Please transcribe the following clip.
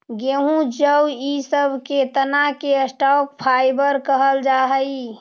गेहूँ जौ इ सब के तना के स्टॉक फाइवर कहल जा हई